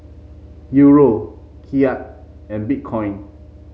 Euro Kyat and Bitcoin